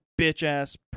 bitch-ass